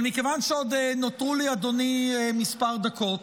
אבל מכיוון שעוד נותרו לי, אדוני, כמה דקות.